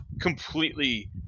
completely